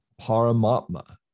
Paramatma